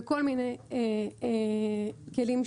בכל מיני כלים שונים.